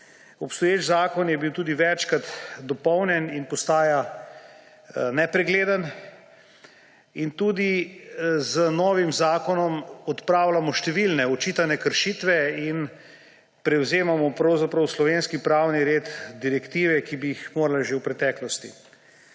Obstoječi zakon je bil tudi večkrat dopolnjen in postaja nepregleden. Z novim zakonom odpravljamo tudi številne očitane kršitve in prevzemamo pravzaprav v slovenski pravni red direktive, ki bi jih morali že v preteklosti.